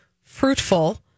fruitful